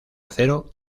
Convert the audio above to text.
acero